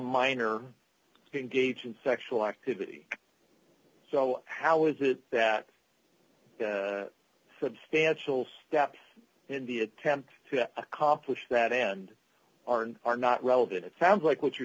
minor gauge in sexual activity so how is it that substantial steps in the attempt to accomplish that end are not relevant it sounds like what you're